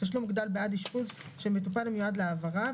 (תשלום מוגדל בעד אשפוז של מטופל המיועד להעברה),